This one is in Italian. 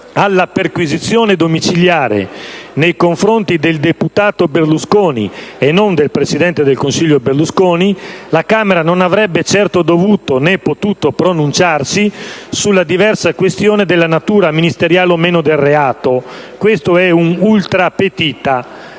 alla perquisizione domiciliare nei confronti del deputato Berlusconi (e non del presidente del Consiglio Berlusconi), la Camera non avrebbe certo dovuto (né potuto) pronunciarsi sulla diversa questione della natura ministeriale o meno del reato contestato: questo è un *ultra petita*.